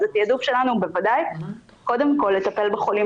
אז התעדוף שלנו הוא בוודאי קודם כל לטפל בחולים